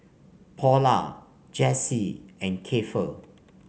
Paula Jessee and Keifer